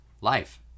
life